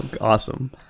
Awesome